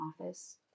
office